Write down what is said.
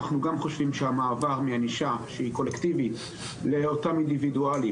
אנחנו גם חושבים שהמעבר מענישה שהיא קולקטיבית לאותם אינדבידואלים,